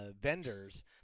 vendors